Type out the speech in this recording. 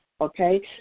Okay